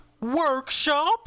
workshop